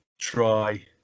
try